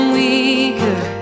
weaker